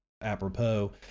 apropos